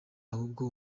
ahubwo